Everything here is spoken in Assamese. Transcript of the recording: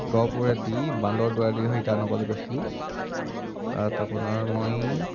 গহপুৰেদি বান্দৰদোৱাৰেদি হৈ ইটানগৰ গৈছিলোঁ তাত আপোনাৰ মই